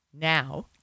now